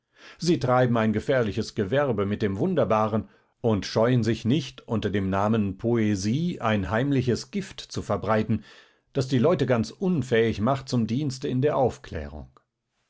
sie treiben ein gefährliches gewerbe mit dem wunderbaren und scheuen sich nicht unter dem namen poesie ein heimliches gift zu verbreiten das die leute ganz unfähig macht zum dienste in der aufklärung